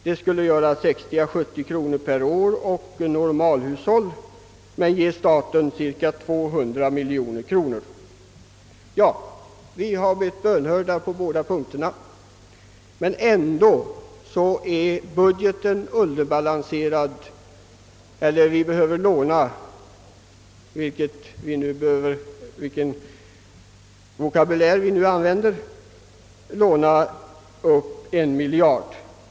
Detta skulle innebära 60 å 70 kronor per år och normalhushåll men ge staten cirka 200 miljoner kronor. Vi har blivit bönhörda på båda punkterna, men ändå är budgeten underbalanserad, och vi behöver låna upp en miljard.